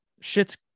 Shit's